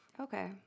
Okay